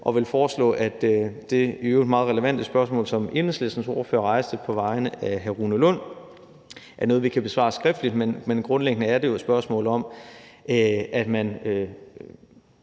og vil foreslå, at det i øvrigt meget relevante spørgsmål, som Enhedslistens ordfører rejste på vegne af hr. Rune Lund, er noget, vi kan besvare skriftligt. Grundlæggende er det et spørgsmål om, at man